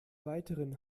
weiteren